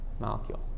molecule